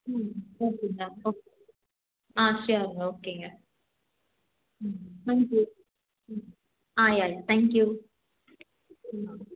ம் okay ma'am okay ah ஷியோர்ங்க ஓகேங்க hmm thank you hmm ah yeah yeah thank you ம்